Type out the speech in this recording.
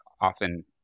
often